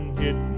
hit